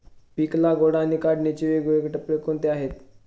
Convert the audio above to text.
पीक लागवड आणि काढणीचे वेगवेगळे टप्पे कोणते आहेत?